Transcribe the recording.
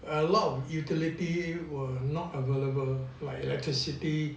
a lot of utility were not available like electricity